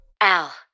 Al